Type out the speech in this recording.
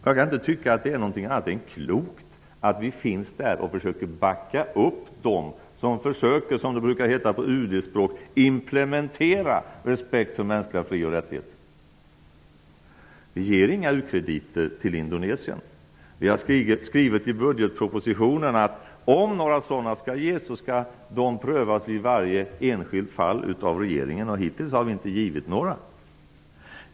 Jag kan inte tycka att det är annat än klokt att vi finns där och försöker att backa upp dem som försöker implementera, som det brukar heta på UD-språk, respekt för mänskliga fri och rättigheter. Vi ger inga u-krediter till Indonesien. I budgetpropositionen har vi skrivit att om några sådana skall ges skall de i varje enskilt fall prövas av regeringen, och hittills har vi inte givit några.